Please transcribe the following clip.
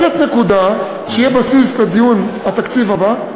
העלית נקודה שתהיה בסיס לדיון בתקציב הבא.